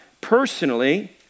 Personally